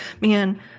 Man